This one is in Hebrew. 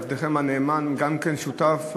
עבדכם הנאמן גם כן שותף,